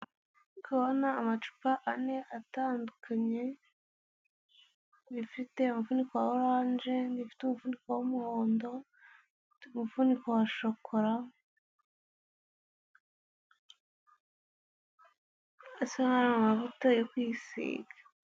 Ndi kubona amacupa ane atandukanye, irifite umufuniko wa oranje, n'irindi rifite umufuniko w'umuhondo, umuvuniko wa shokora bisa nk'aho ari amavuta yo kwisiga.